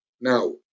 now